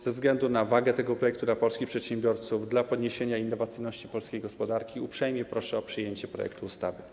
Ze względu na wagę tego projektu dla polskich przedsiębiorców, dla podniesienia innowacyjności polskiej gospodarki uprzejmie proszę o przyjęcie projektu ustawy.